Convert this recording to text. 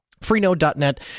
Freenode.net